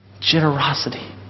generosity